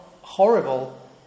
horrible